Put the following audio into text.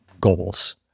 goals